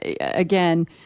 again